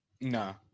No